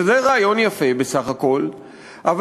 שזה בסך הכול רעיון יפה,